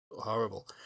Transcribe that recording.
horrible